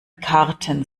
karten